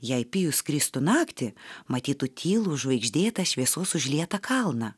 jei pijus skristų naktį matytų tylų žvaigždėtą šviesos užlietą kalną